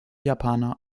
japaner